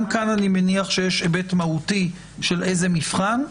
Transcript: גם כאן, אני מניח, יש היבט מהותי של איזה מבחן,